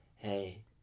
Hey